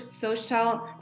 social